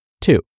Two